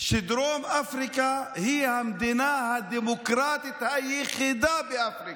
שדרום אפריקה היא המדינה הדמוקרטית היחידה באפריקה.